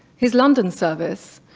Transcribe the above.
his london service,